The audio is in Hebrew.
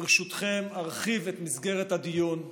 ברשותכם, ארחיב את מסגרת הדיון.